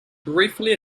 briefly